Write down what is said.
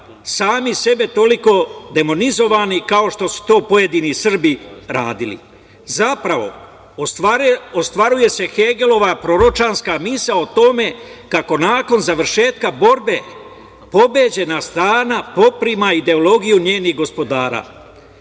sami sebe toliko demonizovani kao što su to pojedini Srbi radili. Zapravo, ostvaruje se Hegelova proročanska misao o tome kako nakon završetka borbe pobeđena strana poprima ideologiju njenih gospodara. Tadašnje